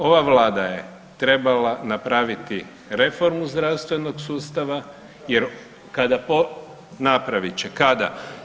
Ova Vlada je trebala napraviti reformu zdravstvenog sustava jer kada, napravit će, kada?